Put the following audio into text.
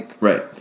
Right